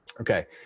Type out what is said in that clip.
Okay